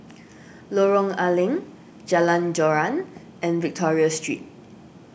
Lorong A Leng Jalan Joran and Victoria Street